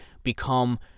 become